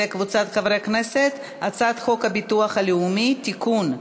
וקבוצת חברי הכנסת: הצעת חוק הביטוח הלאומי (תיקון,